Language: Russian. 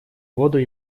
воду